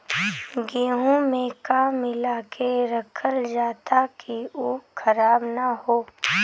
गेहूँ में का मिलाके रखल जाता कि उ खराब न हो?